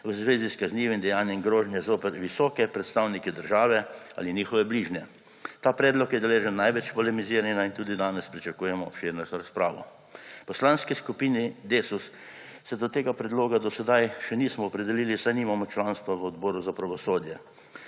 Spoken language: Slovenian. v zvezi s kaznivim dejanjem grožnje zoper visoke predstavnike države ali njihove bližnje. Ta predlog je deležen največ polemiziranja in tudi danes pričakujemo obširno razpravo. V Poslanski skupini Desus se do tega predloga do sedaj še nismo opredelili, saj nimamo članstva v Odboru za pravosodje,